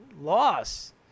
loss